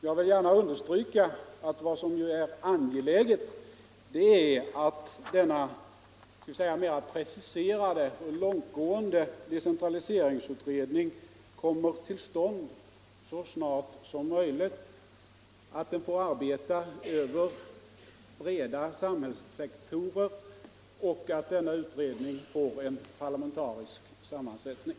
Jag vill gärna understryka att det är angeläget att en mera preciserad och långtgående decentraliseringsutredning kommer till stånd så snart som möjligt, att den får arbeta över breda samhällssektorer och att den får en parlamentarisk sammansättning.